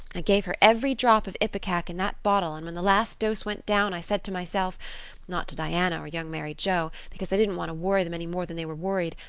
i gave her every drop of ipecac in that bottle and when the last dose went down i said to myself not to diana or young mary joe, because i didn't want to worry them any more than they were worried,